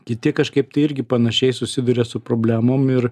kiti kažkaip tai irgi panašiai susiduria su problemom ir